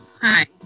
Hi